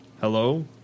Hello